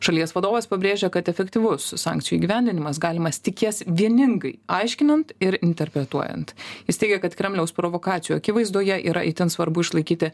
šalies vadovas pabrėžė kad efektyvus sankcijų įgyvendinimas galimas tik jas vieningai aiškinant ir interpretuojant jis teigė kad kremliaus provokacijų akivaizdoje yra itin svarbu išlaikyti